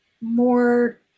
more